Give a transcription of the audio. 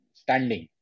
standing